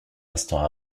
instant